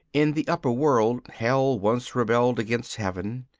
in the upper world hell once rebelled against heaven.